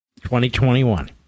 2021